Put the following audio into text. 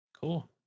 Cool